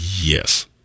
Yes